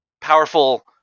powerful